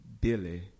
Billy